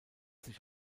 sich